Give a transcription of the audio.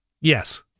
Yes